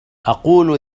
أقول